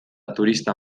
turista